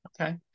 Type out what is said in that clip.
Okay